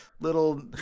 little